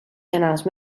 canals